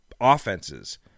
offenses